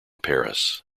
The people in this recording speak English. paris